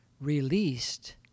Released